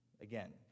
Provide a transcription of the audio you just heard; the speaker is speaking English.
Again